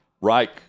Reich